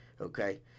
Okay